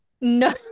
No